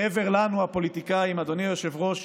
מעבר לנו, הפוליטיקאים, אדוני היושב-ראש,